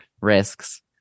risks